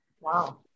Wow